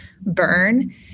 burn